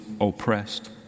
oppressed